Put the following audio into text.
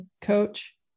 coach